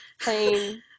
playing